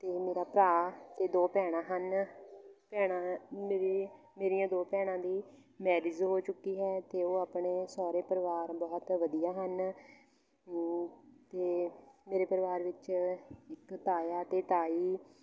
ਅਤੇ ਮੇਰਾ ਭਰਾ ਅਤੇ ਦੋ ਭੈਣਾਂ ਹਨ ਭੈਣਾਂ ਮੇਰੀ ਮੇਰੀਆਂ ਦੋ ਭੈਣਾਂ ਦੀ ਮੈਰਿਜ ਹੋ ਚੁੱਕੀ ਹੈ ਅਤੇ ਉਹ ਆਪਣੇ ਸਹੁਰੇ ਪਰਿਵਾਰ ਬਹੁਤ ਵਧੀਆ ਹਨ ਅਤੇ ਮੇਰੇ ਪਰਿਵਾਰ ਵਿੱਚ ਇੱਕ ਤਾਇਆ ਅਤੇ ਤਾਈ